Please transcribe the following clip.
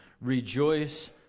Rejoice